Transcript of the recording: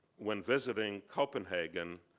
when visiting copenhagen,